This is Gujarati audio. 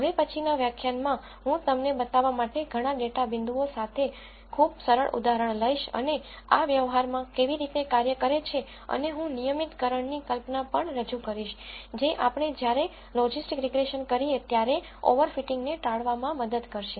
હવે પછીનાં વ્યાખ્યાનમાં હું તમને બતાવવા માટે ઘણા ડેટા પોઇન્ટસ સાથે ખૂબ સરળ ઉદાહરણ લઈશ અને આ વ્યવહારમાં કેવી રીતે કાર્ય કરે છે અને હું નિયમિતકરણની કલ્પના પણ રજૂ કરીશ જે આપણે જ્યારે લોજિસ્ટિક રીગ્રેસન કરીએ ત્યારે ઓવર ફિટિંગ ને ટાળવામાં મદદ કરશે